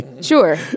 sure